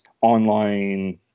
online